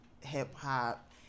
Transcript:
hip-hop